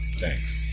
Thanks